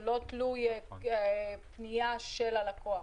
לא תלוי בפנייה של הלקוח.